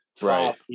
Right